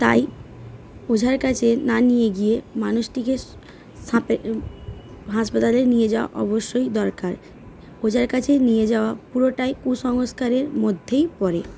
তাই ওঝার কাছে না নিয়ে গিয়ে মানুষটিকে সাপে হাসপাতালে নিয়ে যাওয়া অবশ্যই দরকার ওঝার কাছে নিয়ে যাওয়া পুরোটাই কুসংস্কারের মধ্যেই পড়ে